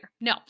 No